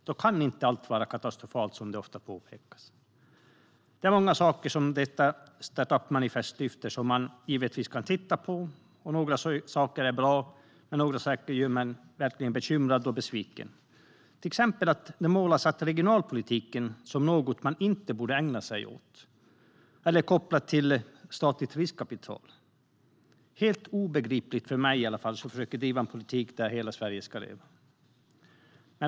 Då kan inte allt vara katastrofalt, vilket ofta påpekas. Det är många saker som detta startup-manifest lyfter fram som man givetvis kan titta på. Några saker är bra, men några saker gör mig verkligen bekymrad och besviken. Till exempel målas regionalpolitiken upp som något man inte borde ägna sig åt eller att man inte ska koppla detta till statligt riskkapital. Det är helt obegripligt, i alla fall för mig som försöker driva en politik där hela Sverige ska leva.